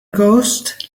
ghost